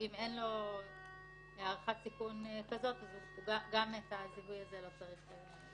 אם אין לו הערכת סיכון כזו אז גם את הזיהוי הזה הוא לא צריך לבצע.